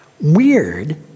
Weird